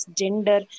gender